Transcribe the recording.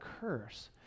curse